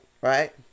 Right